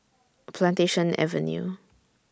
Plantation Avenue